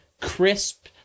crisp